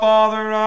Father